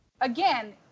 again